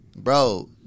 Bro